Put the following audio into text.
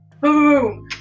Boom